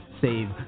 save